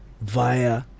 via